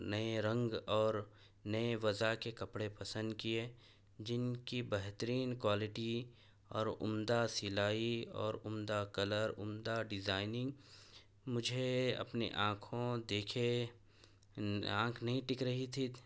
نئے رنگ اور نئے وضع کے کپڑے پسند کیے جن کی بہترین کوالٹی اور عمدہ سلائی اور عمدہ کلر عمدہ ڈیزائننگ مجھے اپنی آنکھوں دیکھے آنکھ نہیں ٹک رہی تھی